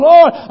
Lord